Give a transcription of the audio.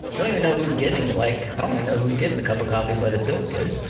don't even know who's getting it like i don't even know who's getting the cup of coffee but it feels good.